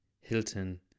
hilton